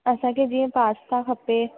त असांखे जीअं पास्ता खपे